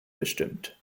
bestimmt